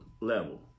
level